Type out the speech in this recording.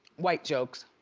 white jokes,